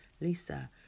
Lisa